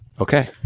okay